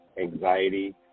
anxiety